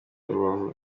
rubavu